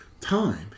time